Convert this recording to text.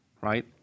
right